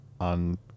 on